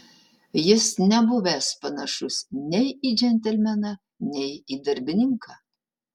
jis nebuvęs panašus nei į džentelmeną nei į darbininką